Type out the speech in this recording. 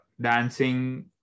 dancing